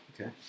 Okay